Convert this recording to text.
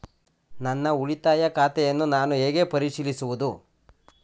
ನನ್ನ ಉಳಿತಾಯ ಖಾತೆಯನ್ನು ನಾನು ಹೇಗೆ ಪರಿಶೀಲಿಸುವುದು?